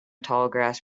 tallgrass